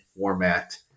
format